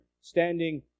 standing